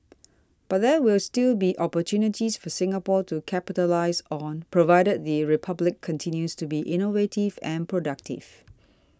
but there will still be opportunities for Singapore to capitalise on provided the Republic continues to be innovative and productive